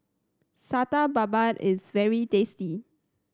Satay Babat is very tasty